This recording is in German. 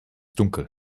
dunkel